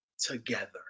together